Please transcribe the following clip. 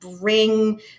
bring